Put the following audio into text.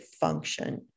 function